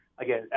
again